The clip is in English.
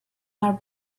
are